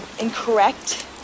incorrect